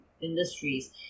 industries